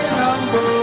number